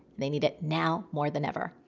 they need it now more than ever.